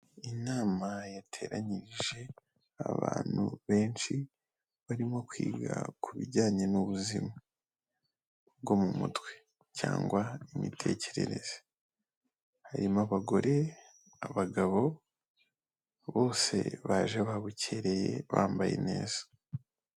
Inama yateranyirije abantu benshi barimo kwiga ku bijyanye n'ubuzima bwo mu mutwe cyangwa imitekerereze, harimo abagore, abagabo, bose baje babukereye bambaye neza.